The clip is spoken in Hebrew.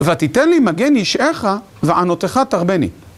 ותיתן לי מגן ישעך וענותך תרבני.